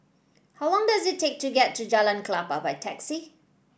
how long does it take to get to Jalan Klapa by taxi